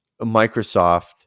Microsoft